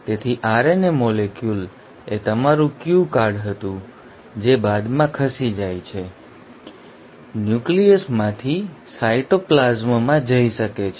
તેથી RNA molecule એ તમારું ક્યૂ કાર્ડ હતું જે બાદમાં ખસી જાય છે ન્યુક્લિયસમાંથી સાઇટોપ્લાસમ માં જઈ શકે છે